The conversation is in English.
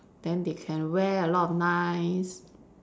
then they can wear a lot of nice